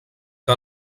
que